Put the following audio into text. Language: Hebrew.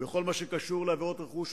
בכל מה שקשור לעבירות רכוש,